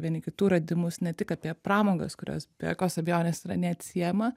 vieni kitų radimus ne tik apie pramogas kurios be jokios abejonės yra neatsiejama